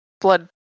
blood